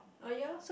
ah ya lah